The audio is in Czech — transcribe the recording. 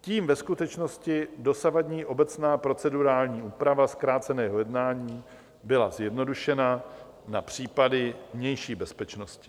Tím ve skutečnosti dosavadní obecná procedurální úprava zkráceného jednání byla zjednodušena na případy vnější bezpečnosti.